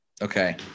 Okay